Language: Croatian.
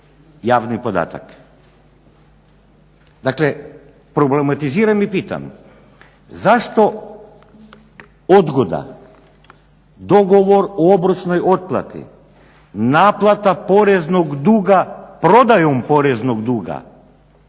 javni podatak. Dakle problematiziram i pitam zašto odgoda, dogovor o obročnoj otplati, naplata poreznog duga prodajom poreznog duga